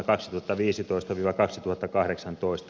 se on loogista